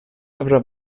dovrà